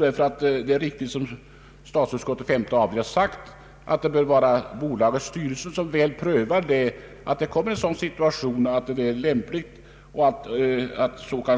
Det är riktigt som statsutskottets femte avdelning har framhållit att det bör vara bolagets styrelse som tar ställning till och prövar en flyttning när en sådan kan bli lämplig. Då man vidare pekar